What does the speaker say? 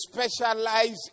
specialize